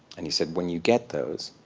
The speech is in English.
and he said, when you get those,